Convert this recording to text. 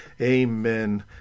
amen